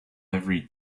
every